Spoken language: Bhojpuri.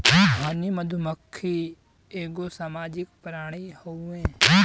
हनी मधुमक्खी एगो सामाजिक प्राणी हउवे